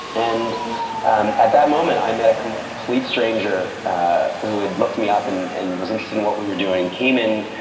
and um at that moment, i met a complete stranger who had looked me up and was interested in what we were doing, came in,